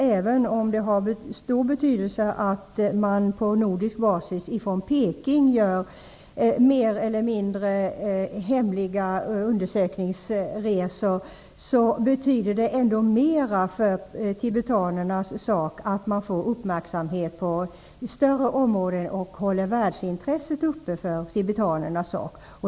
Även om det har stor betydelse att man på nordisk basis från Peking gör mer eller mindre hemliga undersökningsresor, betyder det ändå mer för tibetanernas sak att de får uppmärksamhet på ett större område och att världsintresset hålls uppe för tibetanernas sak.